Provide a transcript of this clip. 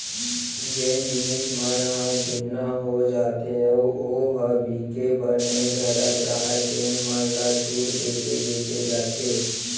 जेन जिनस मन ह जुन्ना हो जाथे अउ ओ ह बिके बर नइ धरत राहय तेन मन ल छूट देके बेचे जाथे